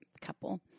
couple